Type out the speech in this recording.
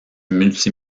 multi